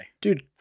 Dude